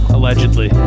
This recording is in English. Allegedly